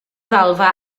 ddalfa